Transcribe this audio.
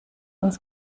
uns